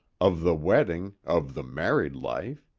of the wedding, of the married life.